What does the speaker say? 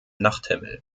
nachthimmel